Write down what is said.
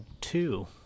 two